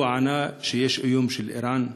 הוא ענה שיש איום של איראן.